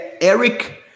Eric